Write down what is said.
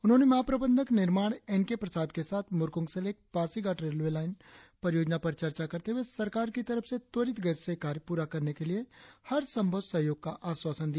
उन्होंने महाप्रबंधक निर्माण एन के प्रसाद के साथ मुर्कोंगसेलेक पासीघाट रेलवे लाईन परियोजना पर चर्चा करते हुए सरकार की तरफ से त्वरित गति से कार्य पूरा करने के लिए हर संभव सहयोग का आश्वासन दिया